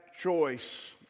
choice